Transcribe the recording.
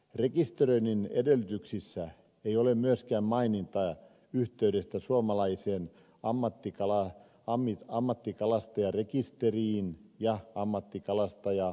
rekisteröinnin edellytyksissä ei ole myöskään mainintaa yhteydestä suomalaiseen ammattikalastajarekisteriin ja ammattikalastajamääritelmään